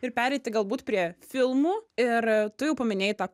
ir pereiti galbūt prie filmų ir tu jau paminėjai tą